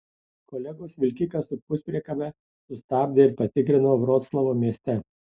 kolegos vilkiką su puspriekabe sustabdė ir patikrino vroclavo mieste